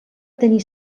tenir